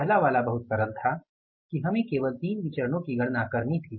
पहला वाला बहुत सरल था कि हमें केवल 3 विचरणो की गणना करनी थी